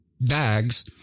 bags